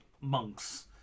monks